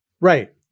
right